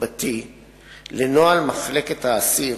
2. האם העובדה שהאסיר